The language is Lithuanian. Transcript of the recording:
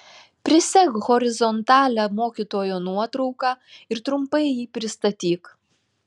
prisek horizontalią mokytojo nuotrauką ir trumpai jį pristatyk